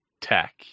tech